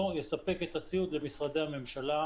לא נספק את הציוד למשרדי הממשלה,